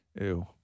Ew